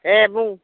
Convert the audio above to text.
दे बुं